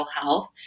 health